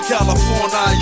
California